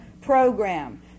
program